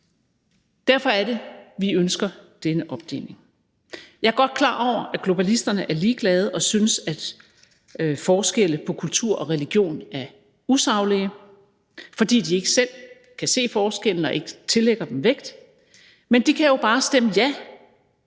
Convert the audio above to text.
Derfor er det, vi ønsker denne opdeling. Jeg er godt klar over, at globalisterne er ligeglade og synes, at forskelle på kultur og religion er usaglige, fordi de ikke selv kan se forskellene og ikke tillægger dem vægt, men de kan jo bare stemme ja